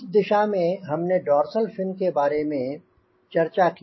उस दिशा में हमने डोर्सल फिन के बारे में चर्चा की